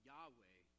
Yahweh